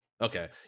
Okay